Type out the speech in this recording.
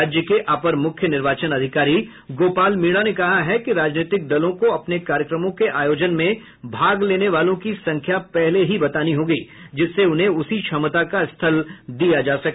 राज्य के अपर मुख्य निर्वाचन अधिकारी गोपाल मीणा ने कहा है कि राजनीतिक दलों को अपने कार्यक्रमों के आयोजन में भाग लेने वालों की संख्या पहले ही बतानी होगी जिससे उन्हें उसी क्षमता का स्थल दिया जा सके